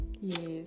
yes